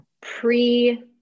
Pre